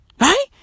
Right